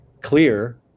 clear